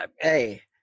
hey